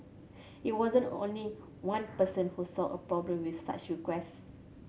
it wasn't only one person who saw a problem with such request